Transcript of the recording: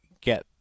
get